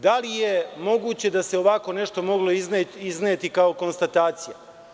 Da li je moguće da se ovako nešto moglo izneti kao konstatacija?